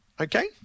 Okay